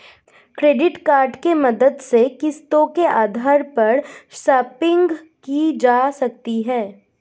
credit card के माध्यम से किस्तों के आधार पर शापिंग की जा सकती है